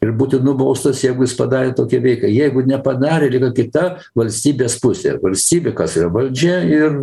ir būti nubaustas jeigu jis padarė tokią veiką jeigu nepadarė ir yra kita valstybės pusė valstybė kas yra valdžia ir